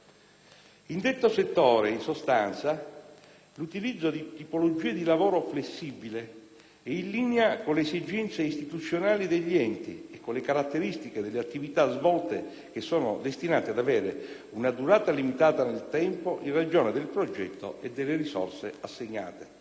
In detto settore, in sostanza, l'utilizzo di tipologie di lavoro flessibile è in linea con le esigenze istituzionali degli enti e con le caratteristiche delle attività svolte che sono destinate ad avere una durata limitata nel tempo in ragione del progetto e delle risorse assegnate.